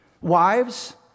Wives